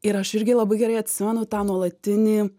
ir aš irgi labai gerai atsimenu tą nuolatinį